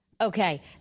Okay